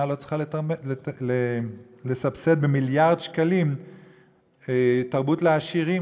צריכה לסבסד במיליארד שקלים תרבות לעשירים?